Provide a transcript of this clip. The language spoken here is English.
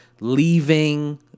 leaving